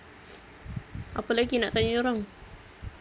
apa lagi nak tanya dorang